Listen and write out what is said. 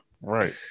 Right